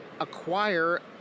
acquire